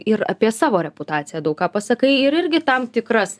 ir apie savo reputaciją daug ką pasakai ir irgi tam tikras